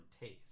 taste